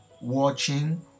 watching